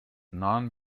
non